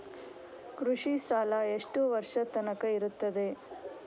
ಕೃಷಿ ಸಾಲ ಎಷ್ಟು ವರ್ಷ ತನಕ ಇರುತ್ತದೆ?